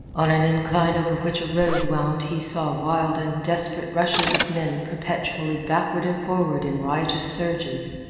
on an incline over which a road wound he saw wild and desperate rushes of men perpetually backward and forward in riotous surges.